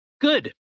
Good